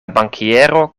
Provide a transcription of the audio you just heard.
bankiero